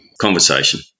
Conversation